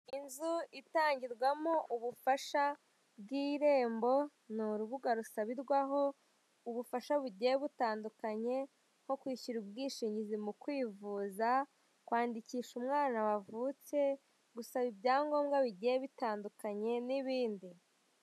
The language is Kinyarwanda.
Inzu itangirwamo ubufasha bw'irembo ni urubuga rushabirwaho ubufasha bugiye butandukanye nko kwishyura ubwishingizi mu kwivuza, kwandikisha umwana wavutse, gusaba ibyangombwa bigiye bitandukanye n'ibindi.